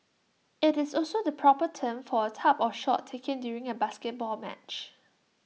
IT is also the proper term for A type of shot taken during A basketball match